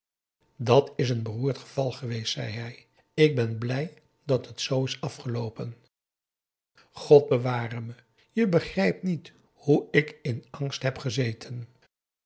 dat is n beroerd geval geweest zei hij ik ben blij dat het z is afgeloopen god bewaar me je begrijpt niet hoe ik in angst heb gezeten